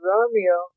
Romeo